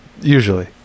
Usually